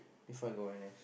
before I go N_S